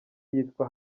yitwa